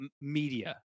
media